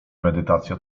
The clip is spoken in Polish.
medytacja